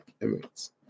Emirates